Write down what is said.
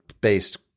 based